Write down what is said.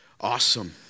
Awesome